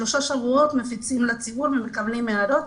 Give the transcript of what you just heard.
שלושה שבועות, מפיצים לציבור ומקבלים הערות.